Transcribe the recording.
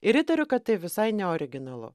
ir įtariu kad tai visai neoriginalu